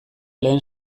lehen